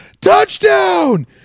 touchdown